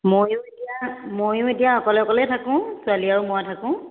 ময়ো এতিয়া ময়ো এতিয়া অকলে অকলেই থাকোঁ ছোৱালী আৰু মই থাকোঁ